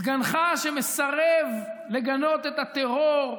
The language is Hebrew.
סגנך, שמסרב לגנות את הטרור,